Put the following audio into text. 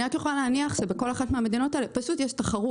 אני רק יכולה להניח שבכל אחת מהמדינות האלה יש תחרות.